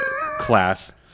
class